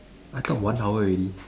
I thought one hour already